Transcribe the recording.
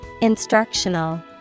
Instructional